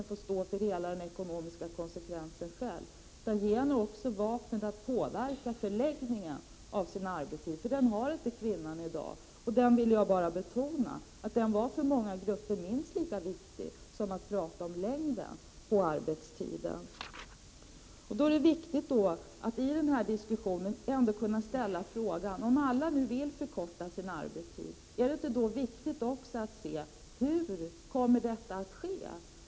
Det handlar här om att ge kvinnorna vapen att påverka inte bara längden på arbetsdagen utan också förläggningen av arbetstiden, för det vapnet har inte kvinnan i dag. Det är den möjligheten jag vill betona, som för många grupper är minst lika viktig som möjligheten att påverka arbetstidens längd. Det är viktigt att i denna diskussion kunna ställa frågan: Om alla nu vill förkorta sin arbetstid, hur kommer detta att ske?